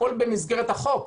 הכול במסגרת החוק,